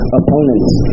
opponents